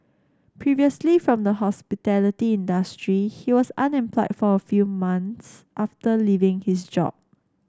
previously from the hospitality industry he was unemployed for a few months after leaving his job